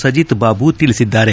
ಸಜಿತ್ ಬಾಬು ತಿಳಿಸಿದ್ದಾರೆ